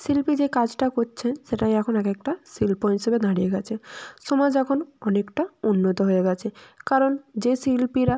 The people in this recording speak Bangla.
শিল্পী যে কাজটা কোচ্ছেন সেটাই এখন এক একটা শিল্প হিসেবে দাঁড়িয়ে গেছে সমাজ এখন অনেকটা উন্নত হয়ে গেছে কারণ যে শিল্পীরা